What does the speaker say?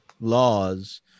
laws